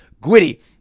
GWIDDY